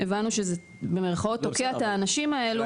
הבנו שזה "תוקע" את האנשים האלה.